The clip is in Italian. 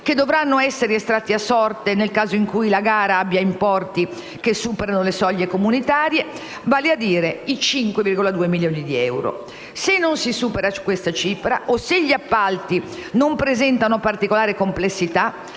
che dovranno essere estratti a sorte nel caso in cui la gara abbia importi che superano le soglie comunitarie, vale a dire 5,2 milioni di euro. Se non si supera questa cifra o se gli appalti non presentano particolare complessità,